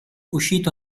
uscito